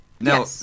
now